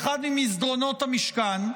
באחד ממסדרונות המשכן.